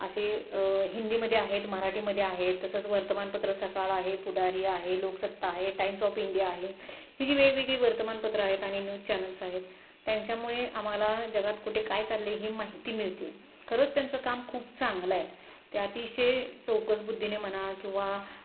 असे हिंदीमध्ये आहेत मराठीमध्ये आहेत तसंच वर्तमानपत्र सकाळ आहे पुढारी आहे लोकसत्ता आहे टाइम्स ऑफ इंडिया आहे ही जी वेगवेगळी वर्तमानपत्रं आहेत आणि न्यूज चॅनल्स आहेत त्यांच्यामुळे आम्हाला जगात कुठे काय चाललं आहे ही माहिती मिळते खरंच त्यांचं काम खूप चांगलं आहे त्या अतिशय चौकस बुद्धीने म्हणा किंवा